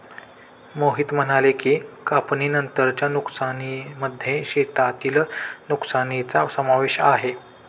मोहित म्हणाले की, कापणीनंतरच्या नुकसानीमध्ये शेतातील नुकसानीचा समावेश आहे